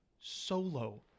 solo